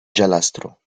giallastro